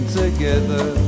together